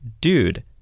Dude